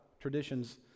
Traditions